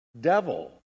devil